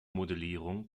modellierung